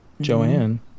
Joanne